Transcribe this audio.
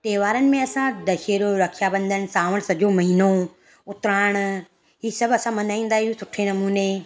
तहिवारनि में असां दशहरो रक्षाबंधन सांवण सॼो महीनो उतराइण हीअ सभु असां मल्हाईंदा आहियूं सुठे नमूने